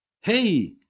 Hey